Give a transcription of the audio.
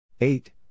Eight